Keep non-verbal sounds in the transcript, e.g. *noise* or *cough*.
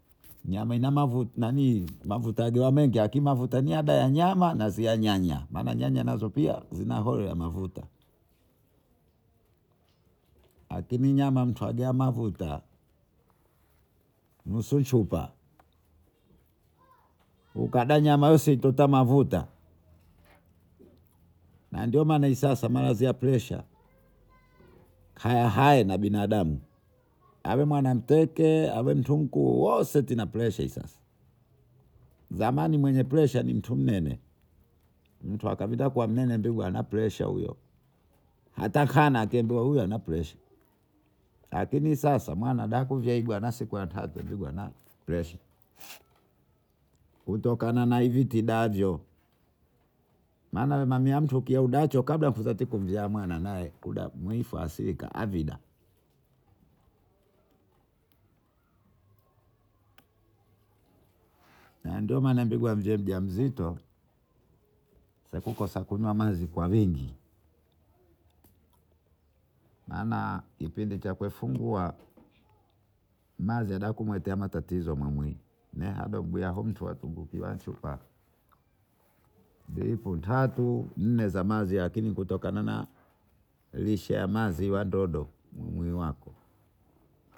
Nyama ina nani mavutajiwamengi akini mavutaji yadiyanyama yazia nyanya maana nataga pia zina ho ya mafuta lakini nyama twadia mafuta nusu chupa ukadanyama usi utamafuta na ndiomaana isasa marazi ya presha hayahaye na binadamu ave mwana mteke awe mtu mkuu wose vina presha isasa zamani mwenye presha ni mtu mnene mtukavia mnene an a presha huyo hatahana akiambiwa huyo ana presha akina sasa mwana dakuvyaigwa anasikuya tatu pigana presha kutokana na hiti davyo maana mamiamtu *unintelligible* avida na ndio maana mbiemjamzito sekukuso kunywa mazi kwa wingi maana kipindi chakufungua mazi ada kuletea matatizo mwamwi nihado *unintelligible* dripu tatu nne za mazi lakini kutokana rishe ya manzi iwandodo umwiliwako